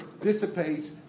dissipates